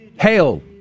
Hail